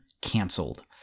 canceled